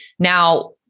Now